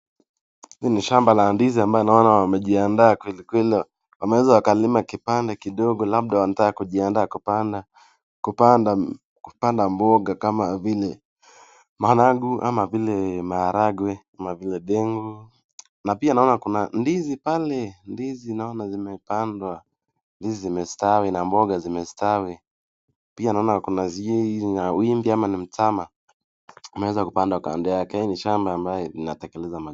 Hili ni shamba la ndizi ambalo naona wamejiandaa kweli kweli. Wameweza wakalima kipande kidogo labda wanataka kujiandaa kupanda kupanda mboga kama vile maharagwe ama vile dengu. Na pia naona kuna ndizi pale, ndizi naona zimepandwa. Ndizi zimestawi na mboga zimestawi. Pia naona kuna hizi ina wimbi ama ni mtama. Wameweza kupanda kando yake. Hii ni shamba ambayo inatekelezeka.